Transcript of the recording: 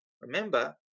Remember